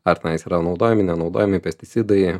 ar yra naudojami nenaudojami pesticidai